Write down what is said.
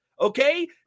Okay